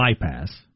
bypass